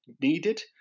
needed